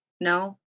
No